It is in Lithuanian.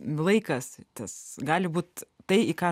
laikas tas gali būti tai į ką